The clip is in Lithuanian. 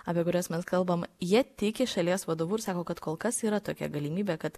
apie kurias mes kalbam jie tiki šalies vadovu ir sako kad kol kas yra tokia galimybė kad